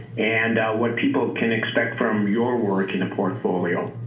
and what people can expect from your work in the portfolio.